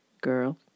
Girl